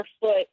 foot